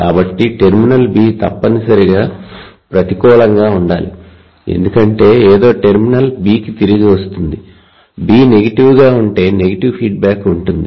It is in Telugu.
కాబట్టి టెర్మినల్ B తప్పనిసరిగా ప్రతికూలంగా ఉండాలి ఎందుకంటే ఏదో టెర్మినల్ B కి తిరిగి వస్తుంది B నెగటివ్గా ఉంటే నెగటివ్ ఫీడ్బ్యాక్ ఉంటుంది